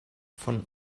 von